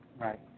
Right